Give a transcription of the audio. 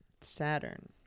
Saturn